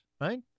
right